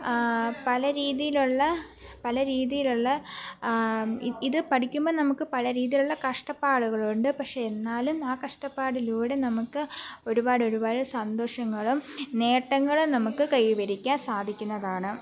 പല രീതിയിലുള്ള പല രീതിയിലുള്ള ഇ ഇതു പഠിക്കുമ്പം നമുക്ക് പല രീതിയിലുള്ള കഷ്ടപ്പാടുകളുണ്ട് പക്ഷേ എന്നാലും ആ കഷ്ടപ്പാടിലൂടെ നമുക്ക് ഒരുപാട് ഒരുപാട് സന്തോഷങ്ങളും നേട്ടങ്ങളും നമുക്ക് കൈവരിക്കാൻ സാധിക്കുന്നതാണ്